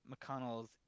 McConnell's –